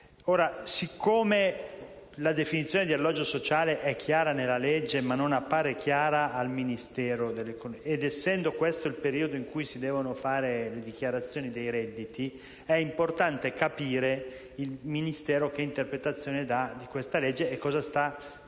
Ora, siccome la definizione di alloggio sociale è chiara nella legge ma non appare chiara al Ministero dell'economia ed essendo questo il periodo in cui si devono fare le dichiarazioni dei redditi, è importante capire il Ministero che interpretazione dà di questa legge e cosa sta predisponendo